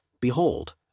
Behold